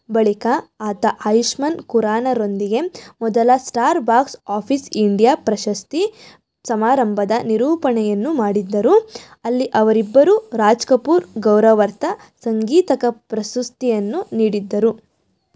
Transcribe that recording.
ಬಳಿಕ ಆತ ಆಯುಷ್ಮಾನ್ ಖುರಾನಾರೊಂದಿಗೆ ಮೊದಲ ಸ್ಟಾರ್ ಬಾಕ್ಸ್ ಆಫೀಸ್ ಇಂಡಿಯಾ ಪ್ರಶಸ್ತಿ ಸಮಾರಂಭದ ನಿರೂಪಣೆಯನ್ನು ಮಾಡಿದ್ದರು ಅಲ್ಲಿ ಅವರಿಬ್ಬರು ರಾಜ್ ಕಪೂರ್ ಗೌರವಾರ್ಥ ಸಂಗೀತಕ ಪ್ರಸ್ತುತಿಯನ್ನು ನೀಡಿದ್ದರು